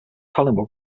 collingwood